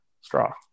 straw